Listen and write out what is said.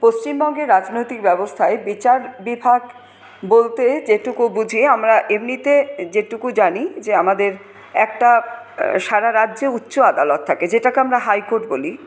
পশ্চিমবঙ্গের রাজনৈতিক ব্যবস্থায় বিচার বিভাগ বলতে যেটুকু বুঝি আমরা এমনিতে যেটুকু জানি যে আমাদের একটা সারা রাজ্যে উচ্চ আদালত থাকে যেটাকে আমরা হাইকোর্ট বলি